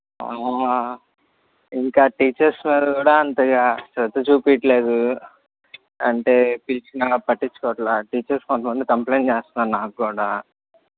ఇంకా టీచర్స్ మీద కూడా అంతగా శ్రద్ధ చూపించట్లేదు అంటే పిలిచిన పట్టించుకోవట్లేదు టీచర్స్ కొంతమంది కంప్లైంట్ చేస్తున్నారు నాకు కూడా